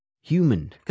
human